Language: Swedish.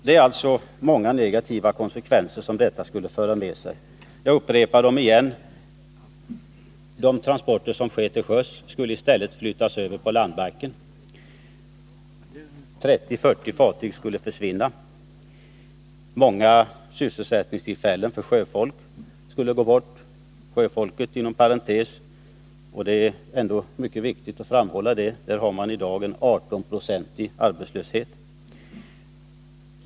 Det är alltså många negativa konsekvenser som detta skulle föra med sig. Jag upprepar dem: De transporter som nu sker till sjöss skulle i stället flyttas över till landbacken och 3040 fartyg skulle försvinna. Många sysselsättningstillfällen för sjöfolk skulle upphöra — sjöfolket får sättas inom parentes. Det är mycket viktigt att framhålla att det för denna yrkeskategori i dag råder en 18-procentig arbetslöshet.